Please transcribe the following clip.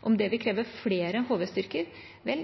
Om det vil kreve flere HV-styrker? Vel,